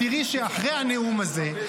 את תראי שאחרי הנאום הזה,